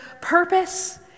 purpose